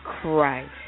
Christ